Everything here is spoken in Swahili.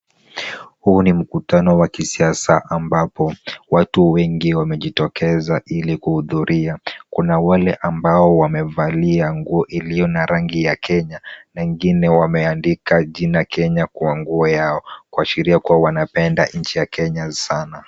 Huu ni mkutano wa kisiasa ambapo watu wengi wamejitokeza ili kuhudhuria ,kuna wale ambao wamevalia nguo iliyo na rangi ya Kenya ,na ingine wameandika jina Kenya kwa nguo yao kuashiria kuwa wanapenda nchi ya Kenya sana.